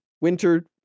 winter